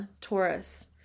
Taurus